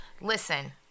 listen